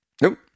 Nope